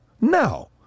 No